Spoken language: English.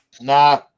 Nah